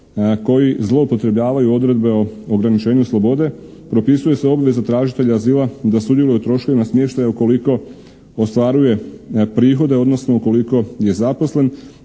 koji zloupotrebljavaju odredbe o ograničenju slobode, propisuje se obveza tražitelja azila da sudjeluje u troškovima smještaja ukoliko ostvaruje prihode odnosno ukoliko je zaposlen